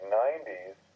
90s